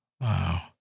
Wow